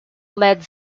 led